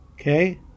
Okay